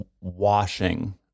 washing